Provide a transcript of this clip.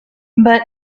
but